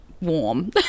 warm